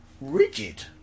rigid